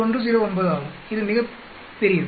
109 ஆகும் இது மிகப் பெரியது